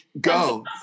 go